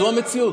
זו המציאות.